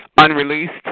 Unreleased